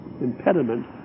impediment